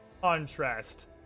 contrast